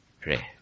Pray